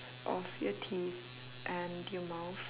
of your teeth and your mouth